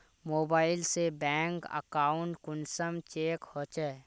Mobile से bank account कुंसम check होचे?